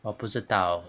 我不知道